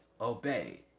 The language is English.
obey